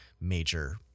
major